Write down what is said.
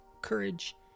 courage